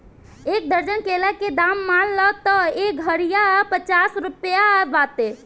एक दर्जन केला के दाम मान ल त एह घारिया पचास रुपइआ बाटे